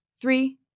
three